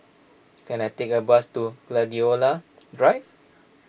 can I take a bus to Gladiola Drive